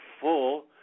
full